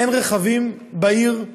אין רכבים בעיר.